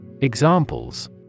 Examples